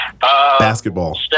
Basketball